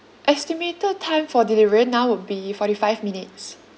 estimated time for delivery now would be forty five minutes